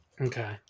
Okay